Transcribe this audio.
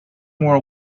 more